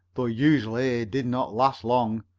though usually it did not last long.